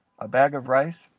a bag of rice,